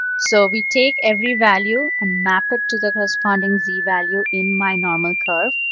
so we take every value and map it to the corresponding z-value in my normal curve,